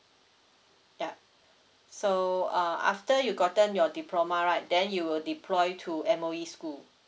yup so uh after you gotten your diploma right then you will deploy to M_O_E school